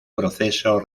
proceso